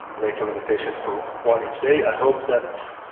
make a limitation for one each day. i hope that's,